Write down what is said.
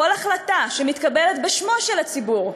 כל החלטה שמתקבלת בשמו של הציבור,